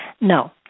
no